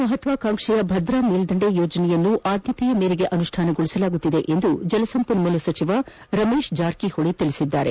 ಮಹತ್ವಾಕಾಂಕ್ಷೆಯ ಭದ್ರಾ ಮೇಲ್ಡಂಡೆ ಯೋಜನೆಯನ್ನು ಆದ್ಯತೆಯ ಮೇರೆಗೆ ರಾಜ್ಯದ ಅನುಷ್ಣಾನಗೊಳಿಸಲಾಗುತ್ತಿದೆ ಎಂದು ಜಲಸಂಪನ್ಮೂಲ ಸಚಿವ ರಮೇಶ್ ಜಾರಕಿ ಹೊಳಿ ತಿಳಿಸಿದ್ದಾರೆ